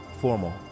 Formal